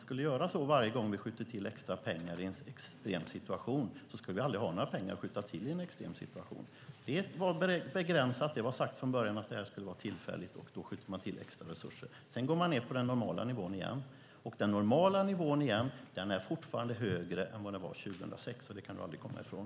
Skulle vi göra så varje gång vi skjuter till extra pengar i en extrem situation skulle vi aldrig ha några pengar att skjuta till i en extrem situation. Det var begränsat, och det sades från början att tillskjutandet av extra resurser var tillfälligt. Därefter går vi ned på den normala nivån, och den normala nivån är fortfarande högre än den var 2006. Det kan Gunilla Svantorp aldrig komma ifrån.